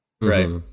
Right